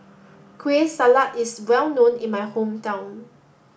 Kueh Salat is well known in my hometown